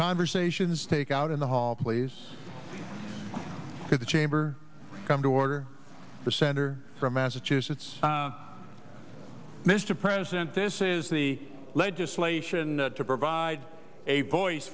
conversations take out in the hall please to the chamber come to order the senator from massachusetts mr president this is the legislation to provide a voice